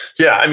yeah,